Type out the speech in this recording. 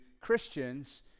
Christians